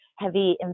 heavy